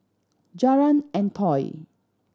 Jalan Antoi